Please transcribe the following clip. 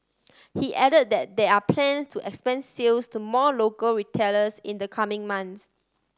he add that there are plans to expand sales to more local retailers in the coming months